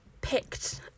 picked